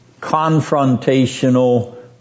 confrontational